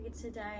today